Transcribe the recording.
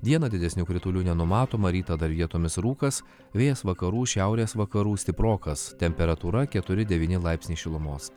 dieną didesnių kritulių nenumatoma rytą dar vietomis rūkas vėjas vakarų šiaurės vakarų stiprokas temperatūra keturi devyni laipsniai šilumos